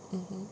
mmhmm